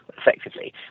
effectively